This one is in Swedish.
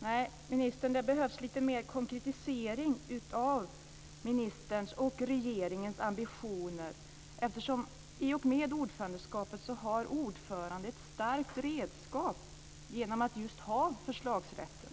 Nej, det behövs lite mer konkretisering av ministerns och regeringens ambitioner, eftersom ordföranden i och med ordförandeskapet har ett starkt redskap genom förslagsrätten.